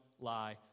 lie